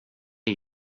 och